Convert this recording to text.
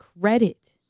credit